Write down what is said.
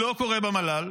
זה לא קורה במל"ל,